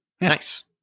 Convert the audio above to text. Nice